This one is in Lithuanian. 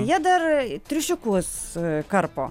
jie dar triušiukus karpo